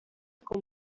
con